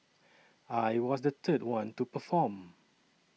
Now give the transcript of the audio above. I was the third one to perform